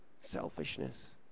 selfishness